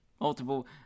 multiple